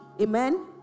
Amen